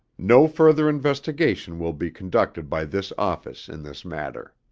no further investigation will be conducted by this office in this matter.